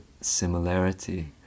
similarity